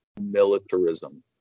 militarism